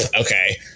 Okay